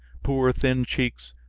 poor thin cheeks,